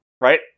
right